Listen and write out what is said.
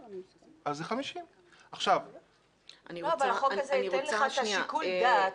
אז זה 50. אבל החוק הזה ייתן לך את שיקול הדעת.